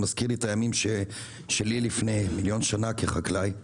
מזכיר לי את הימים שלי לפני מיליון שנה כחקלאי.